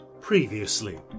Previously